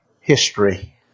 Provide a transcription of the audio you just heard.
history